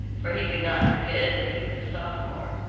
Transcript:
for he could not forget that he was a sophomore.